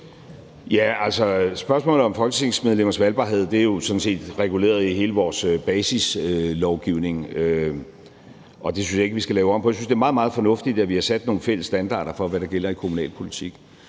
spørgsmålet om folketingsmedlemmers valgbarhed er jo sådan set reguleret i hele vores basislovgivning, og det synes jeg ikke vi skal lave om på. Jeg synes, det er meget, meget fornuftigt, at vi har sat nogle fælles standarder for, hvad der gælder i kommunalpolitik,